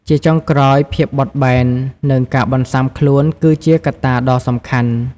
ជាចុងក្រោយ ភាពបត់បែន និងការបន្ស៊ាំខ្លួន គឺជាកត្តាដ៏សំខាន់។